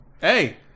hey